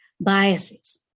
Biases